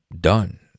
done